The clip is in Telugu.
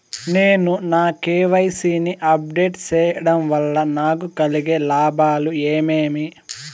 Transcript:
నేను నా కె.వై.సి ని అప్ డేట్ సేయడం వల్ల నాకు కలిగే లాభాలు ఏమేమీ?